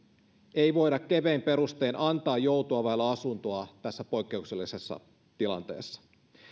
ei voida kevein perustein antaa joutua vaille asuntoa tässä poikkeuksellisessa tilanteessa